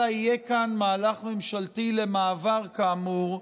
אלא יהיה כאן מהלך ממשלתי למעבר, כאמור,